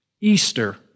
Easter